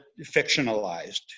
fictionalized